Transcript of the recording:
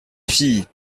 files